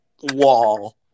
wall